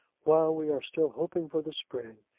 while we are still hoping for the spring,